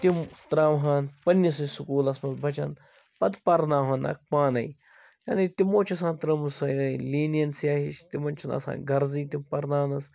تِم ترٛاوٕہان پَنٕنِسٕے سکوٗلَس مَنٛز بَچَن پَتہٕ پرناوہانَکھ پانے یعنی تِمو چھُ آسان ترٛٲومٕژ سۄ یہے لیٖنینسِیہ ہِش تِمن چھُنہٕ آسان غرضے تِم پَرناونَس